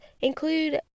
include